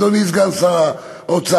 אדוני סגן שר האוצר.